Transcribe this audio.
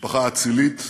משפחה אצילית,